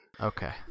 okay